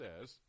says